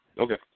Okay